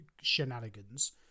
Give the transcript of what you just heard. shenanigans